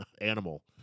Animal